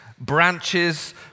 branches